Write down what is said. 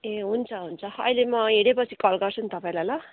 ए हुन्छ हुन्छ अहिले म हेरेपछि कल गर्छु नि तपाईँलाई ल